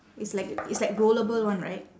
it's like it's like rollable one right